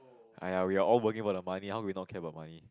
!aiya! we are all working for the money how we not care about money